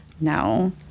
No